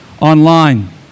online